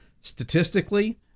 Statistically